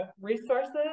resources